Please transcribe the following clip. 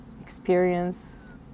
experience